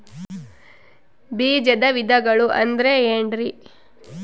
ಬೇಜದ ವಿಧಗಳು ಅಂದ್ರೆ ಏನ್ರಿ?